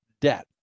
debt